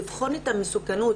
לבחון את המסוכנות